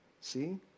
See